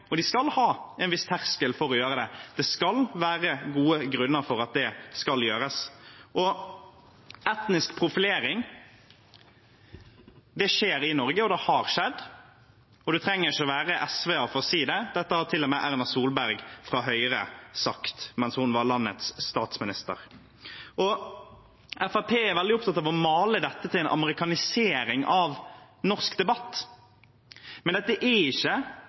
De skal ha en viss terskel for å gjøre det; det skal være gode grunner for at det skal gjøres. Etnisk profilering skjer i Norge, og det har skjedd. Man trenger ikke være SV-er for å si det. Dette har til og med Erna Solberg fra Høyre sagt mens hun var landets statsminister. Fremskrittspartiet er veldig opptatt av å male dette til en amerikanisering av norsk debatt, men dette er ikke